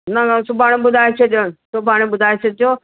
न न सुभाणे ॿुधाए छॾियो सुभाणे ॿुधाए छॾिजो